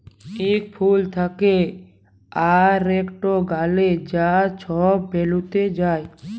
ইক ফুল থ্যাকে আরেকটয় গ্যালে যা ছব রেলুতে যায়